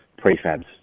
prefabs